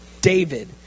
David